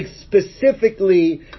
specifically